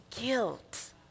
guilt